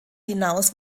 hinaus